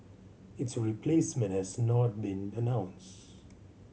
its replacement has not been announced